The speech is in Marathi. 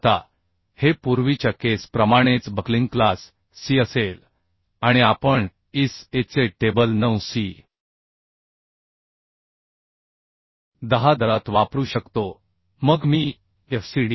आता हे पूर्वीच्या केस प्रमाणेच बक्लिंग क्लास C असेल आणि आपण ISA चे टेबल 9 c 10 दरात वापरू शकतो मग मी FCD